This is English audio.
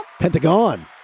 Pentagon